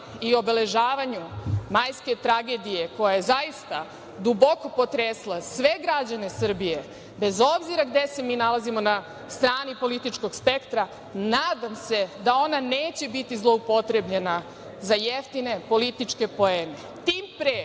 i obeležavanju majske tragedije koja je zaista duboko potresla sve građane Srbije, bez obzira gde se mi nalazimo na strani političkog spektra, nadam se da ona neće biti zloupotrebljena za jeftine političke poene.